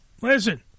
Listen